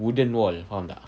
wooden wall faham tak